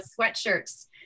sweatshirts